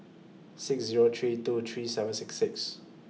six Zero three two three seven six six